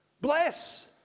Bless